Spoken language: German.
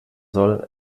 soll